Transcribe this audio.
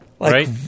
right